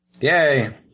Yay